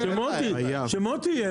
שמוטי יהיה.